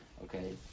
Okay